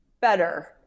better